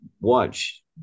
watch